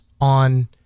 on